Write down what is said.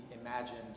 imagined